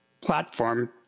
platform